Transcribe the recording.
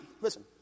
listen